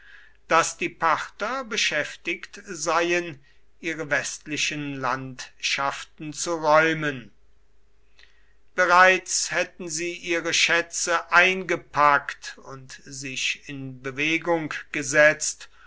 daß die parther beschäftigt seien ihre westlichen landschaften zu räumen bereits hätten sie ihre schätze eingepackt und sich in bewegung gesetzt